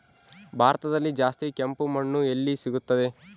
ಭಾರತದಲ್ಲಿ ಜಾಸ್ತಿ ಕೆಂಪು ಮಣ್ಣು ಎಲ್ಲಿ ಸಿಗುತ್ತದೆ?